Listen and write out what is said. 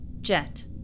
Jet